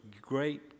great